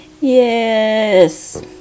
Yes